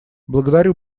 благодарю